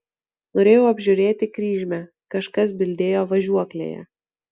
norėjau apžiūrėti kryžmę kažkas bildėjo važiuoklėje